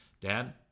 dad